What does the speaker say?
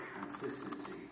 consistency